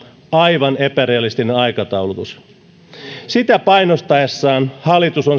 aivan epärealistinen aikataulutus sitä painostaessaan hallitus on